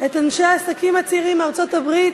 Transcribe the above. את אנשי העסקים הצעירים מארצות-הברית,